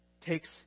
takes